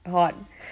hot